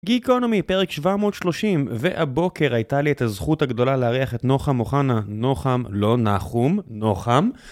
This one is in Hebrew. גי קונומי, פרק 730 והבוקר הייתה לי את הזכות הגדולה להריח את נוחם אוחנה, נוחם לא נחום, נוחם